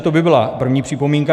To by byla první připomínka.